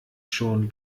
schon